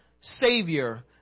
Savior